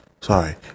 sorry